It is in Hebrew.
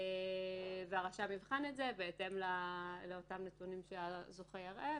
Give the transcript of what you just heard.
והרשם יבחן את זה בהתאם לנתונים שהזוכה יראה,